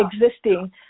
existing